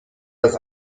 das